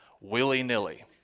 willy-nilly